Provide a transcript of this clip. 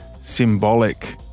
symbolic